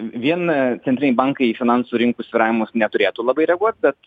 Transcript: vien centriniai bankai į finansų rinkų svyravimus neturėtų labai reaguot bet